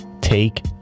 take